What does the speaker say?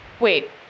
Wait